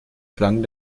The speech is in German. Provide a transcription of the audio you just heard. klang